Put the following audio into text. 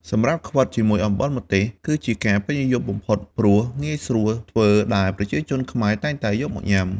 សម្រាប់់ខ្វិតជាមួយអំបិលម្ទេស គឺជាការពេញនិយមបំផុតព្រោះងាយស្រួលធ្វើ ដែលប្រជាជនខ្មែរតែងតែយកមកញ៉ាំ។